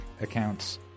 accounts